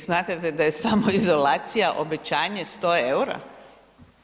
Vi smatrate da je samoizolacija obećanje 100 EUR-a?